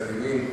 מצד ימין,